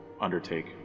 undertake